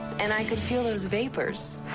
and i could feel those vapors.